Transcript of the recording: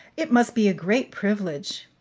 it must be a great privilege,